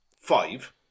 five